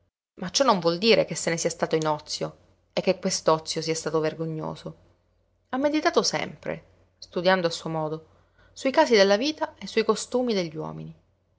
ma ciò non vuol dire che se ne sia stato in ozio e che quest'ozio sia stato vergognoso ha meditato sempre studiando a suo modo sui casi della vita e sui costumi degli uomini